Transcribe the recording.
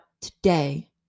today